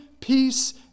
peace